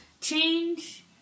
Change